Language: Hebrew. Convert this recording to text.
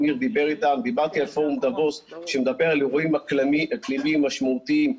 דיברתי על פורום דאבוס שמדבר על אירועים אקלימיים משמעותיים,